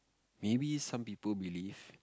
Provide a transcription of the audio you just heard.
maybe some people believe